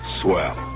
Swell